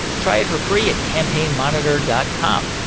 try it for free at campaignmonitor dot com.